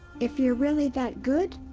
if you're really that good,